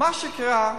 מה שקרה,